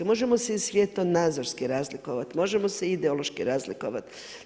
Možemo se svjetonazorski se razlikovat, možemo se ideološki razlikovati.